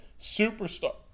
superstar